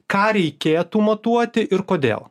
ką reikėtų matuoti ir kodėl